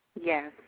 Yes